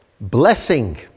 blessing